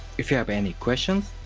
if you have any questions,